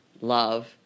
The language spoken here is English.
love